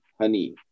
honey